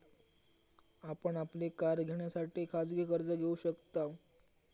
आपण आपली कार घेण्यासाठी खाजगी कर्ज घेऊ शकताव